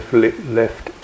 left